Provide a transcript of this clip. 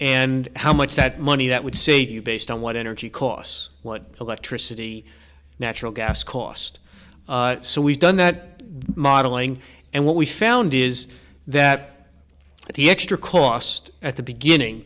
and how much that money that would save you based on what energy costs what electricity natural gas cost so we've done that modeling and what we found is that the extra cost at the beginning